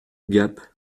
gap